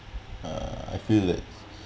uh I feel like